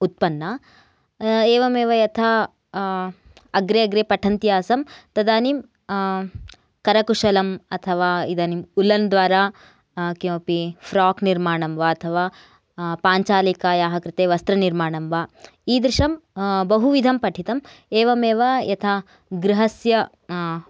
उत्पन्ना एवमेव यथा अग्रे अग्रे पठन्ति आसं तदानीं करकुशलम् अथवा इदानीं वुल्लन् द्वारा किमपि फ्राक् निर्माणं वा अथवा पाञ्चालिकायाः कृते वस्त्रनिर्माणं वा ईदृशं बहु विधं पठितम् एवमेव यथा गृहस्य